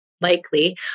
likely